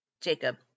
Jacob